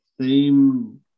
theme